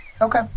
Okay